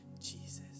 Jesus